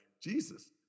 Jesus